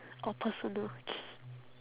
or personal okay